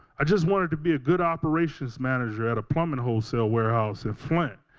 i just wanted to be a good operations manager at a plumbing wholesale warehouse in flint,